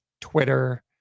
twitter